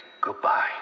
goodbye